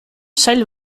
sail